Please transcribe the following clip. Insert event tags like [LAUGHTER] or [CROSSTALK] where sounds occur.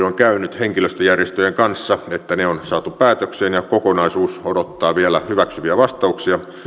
[UNINTELLIGIBLE] on käynyt henkilöstöjärjestöjen kanssa että ne on saatu päätökseen ja kokonaisuus odottaa vielä hyväksyviä vastauksia